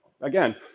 again